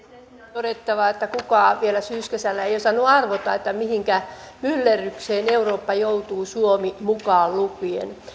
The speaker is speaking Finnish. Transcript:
todettava että kukaan vielä syyskesällä ei ei osannut arvata mihinkä myllerrykseen eurooppa joutuu suomi mukaan lukien